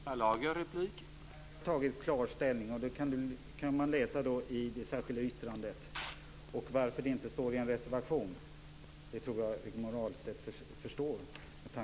Herr talman! Nej, vi har klart tagit ställning, vilket framgår av det särskilda yttrandet. Att det inte framförts i en reservation tror jag att Rigmor Ahlstedt förstår.